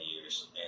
years